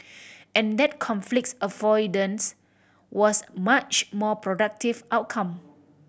and that conflicts avoidance was much more productive outcome